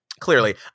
Clearly